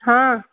ହଁ